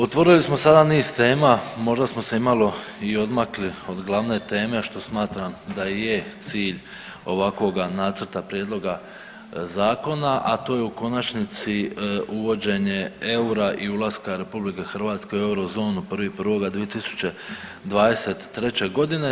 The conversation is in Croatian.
Otvorili smo sada niz tema možda smo se i malo i odmakli od glavne teme, a što smatram da i je cilj ovakvoga nacrta prijedloga zakona, a to je u konačnici uvođenje eura i ulaska RH u eurozonu 1.1.2023.g.